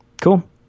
cool